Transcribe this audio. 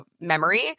memory